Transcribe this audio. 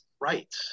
right